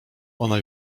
ona